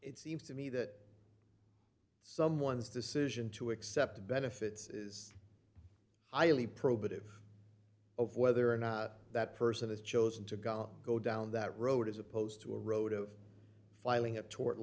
it seems to me that someone's decision to accept benefits is highly probative whether or not that person has chosen to go go down that road as opposed to a road d of filing a tort